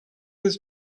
his